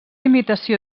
imitació